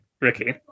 Ricky